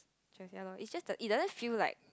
it's just the it doesn't feel like